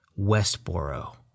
Westboro